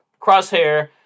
Crosshair